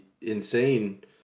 insane